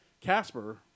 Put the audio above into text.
Casper